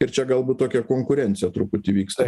ir čia galbūt tokia konkurencija truputį vyksta